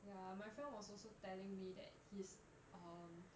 ya my friend was also telling me that his um